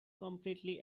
completely